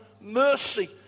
mercy